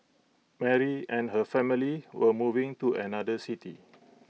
Mary and her family were moving to another city